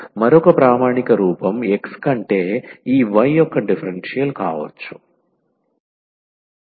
మరొక ప్రామాణిక రూపం x కంటే ఈ y యొక్క డిఫరెన్షియల్ కావచ్చు